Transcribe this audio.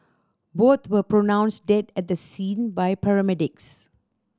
both were pronounced dead at the scene by paramedics